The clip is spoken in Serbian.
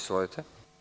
Izvolite.